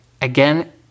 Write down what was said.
Again